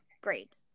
Great